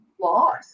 loss